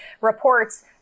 reports